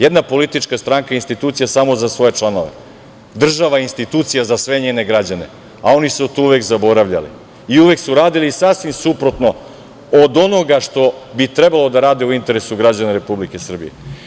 Jedna politička stranka je institucija samo za svoje članove, država je institucija za sve njene građane, a oni su to uvek zaboravljali i uvek su radili sasvim suprotno od onoga što bi trebalo da rade u interesu građana Republike Srbije.